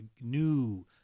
new